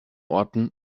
orten